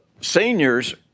seniors